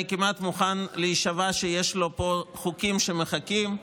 אני כמעט מוכן להישבע שיש לו פה חוקים שמחכים,